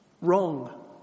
wrong